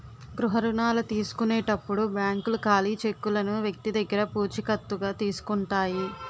గృహ రుణాల తీసుకునేటప్పుడు బ్యాంకులు ఖాళీ చెక్కులను వ్యక్తి దగ్గర పూచికత్తుగా తీసుకుంటాయి